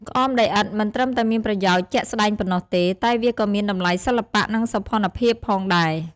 ក្អមដីឥដ្ឋមិនត្រឹមតែមានប្រយោជន៍ជាក់ស្តែងប៉ុណ្ណោះទេ តែវាក៏មានតម្លៃសិល្បៈ និងសោភ័ណភាពផងដែរ។